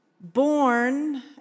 born